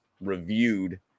reviewed